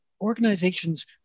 organizations